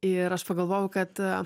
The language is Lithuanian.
ir aš pagalvojau kad